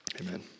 Amen